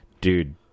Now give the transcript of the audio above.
dude